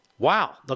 Wow